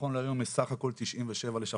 נכון להיום יש סך הכול 97 לשכות.